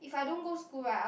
if I don't go school right I